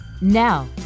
Now